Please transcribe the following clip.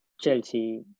Chelsea